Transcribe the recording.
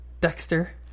Dexter